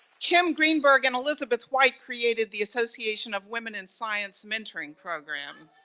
kim greenberg and elizabeth white created the association of women in science. mentoring program.